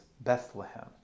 Bethlehem